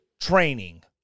training